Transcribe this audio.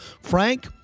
Frank